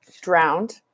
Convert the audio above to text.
drowned